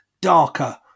darker